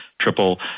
triple